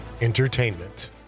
Entertainment